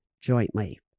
jointly